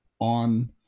on